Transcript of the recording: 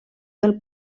del